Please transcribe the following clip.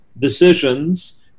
decisions